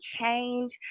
change